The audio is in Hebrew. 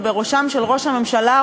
ובראשם של ראש הממשלה,